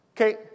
Okay